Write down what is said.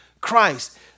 Christ